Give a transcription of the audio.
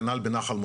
כנ"ל בנחל מודיעין.